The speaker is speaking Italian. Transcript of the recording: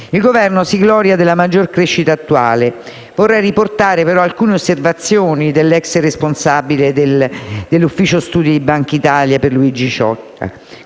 Il Governo si gloria della maggior crescita attuale. Vorrei riportare al riguardo alcune osservazioni dell'ex responsabile dell'ufficio studi di Bankitalia, Pierluigi Ciocca: